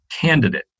candidate